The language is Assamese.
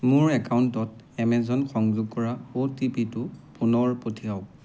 মোৰ একাউণ্টত এমেজন সংযোগ কৰা অ' টি পি টো পুনৰ পঠিৱাওক